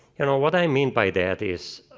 you know what i mean by that is